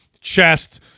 chest